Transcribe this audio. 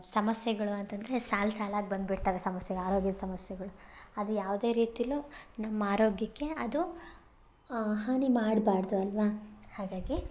ಸಮಸ್ಯೆಗಳು ಅಂತಂದರೆ ಸಾಲು ಸಾಲಾಗಿ ಬಂದು ಬಿಡ್ತಾವೆ ಸಮಸ್ಯೆ ಆರೋಗ್ಯದ ಸಮಸ್ಯೆಗಳು ಅದು ಯಾವುದೇ ರೀತಿಲೂ ನಮ್ಮ ಆರೋಗ್ಯಕ್ಕೆ ಅದು ಹಾನಿ ಮಾಡ್ಬಾರ್ದು ಅಲ್ಲವಾ ಹಾಗಾಗಿ